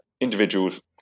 individuals